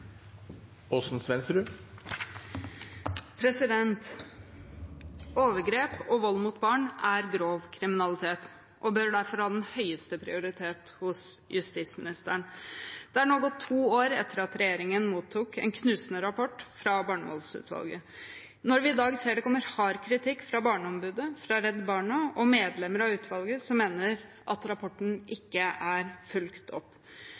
grov kriminalitet og bør derfor ha høyeste prioritet hos justisministeren. Det er nå gått to år siden regjeringen mottok en knusende rapport fra barnevoldsutvalget. Når vi i dag ser det kommer hard kritikk fra Barneombudet, fra Redd Barna og fra medlemmer av utvalget, som mener at rapporten ikke er fulgt opp,